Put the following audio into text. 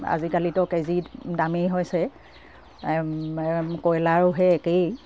আজিকালিতো কেজি দামেই হৈছে কয়লাৰো সেই একেই